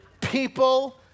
people